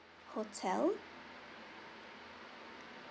hotel